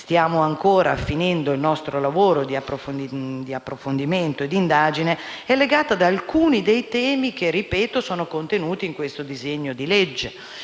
stiamo ancora finendo il nostro lavoro di approfondimento e di indagine, è legata ad alcuni dei temi che - lo ripeto - sono contenuti nel presente disegno di legge.